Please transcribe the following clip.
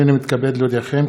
הנני מתכבד להודיעכם,